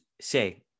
say